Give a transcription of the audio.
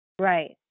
Right